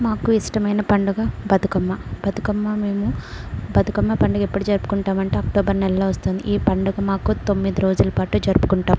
మాకు ఇష్టమైన పండుగ బతుకమ్మ బతుకమ్మ మేము బతుకమ్మ పండుగ ఎప్పుడు జరుపుకుంటామంటే అక్టోబర్ నెలలో వస్తుంది ఈ పండుగ మాకు తొమ్మిది రోజులు పాటు జరుపుకుంటాం